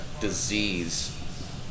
disease